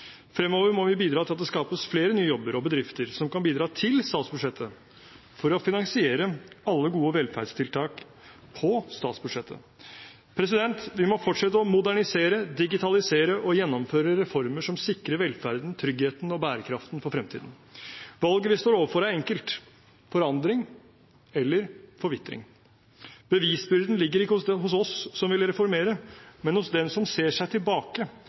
Fremover må vi bidra til at det skapes flere nye jobber og bedrifter som kan bidra til statsbudsjettet, for å finansiere alle gode velferdstiltak på statsbudsjettet. Vi må fortsette å modernisere, digitalisere og gjennomføre reformer som sikrer velferden, tryggheten og bærekraften for fremtiden. Valget vi står overfor, er enkelt: forandring eller forvitring. Bevisbyrden ligger ikke hos oss som vil reformere, men hos dem som ser seg tilbake